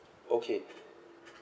okay